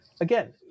Again